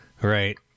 right